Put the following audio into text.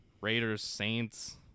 Raiders-Saints